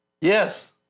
Yes